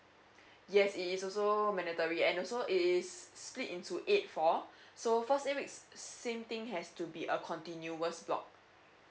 yes it is also mandatory and also it is split into eight four so first eight weeks same thing has to be a continuous block